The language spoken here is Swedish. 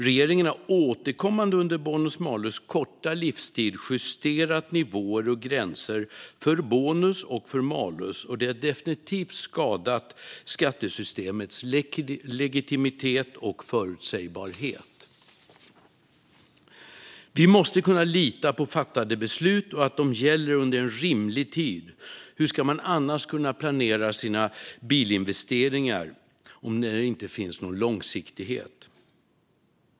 Regeringen har återkommande under bonus malus korta livstid justerat nivåer och gränser för bonus och för malus, och det har definitivt skadat skattesystemets legitimitet och förutsägbarhet. Vi måste kunna lita på fattade beslut och på att de gäller under en rimlig tid. Hur ska man kunna planera sina bilinvesteringar om det inte finns någon långsiktighet?